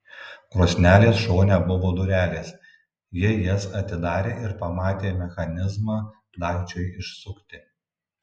krosnelės šone buvo durelės ji jas atidarė ir pamatė mechanizmą dagčiui išsukti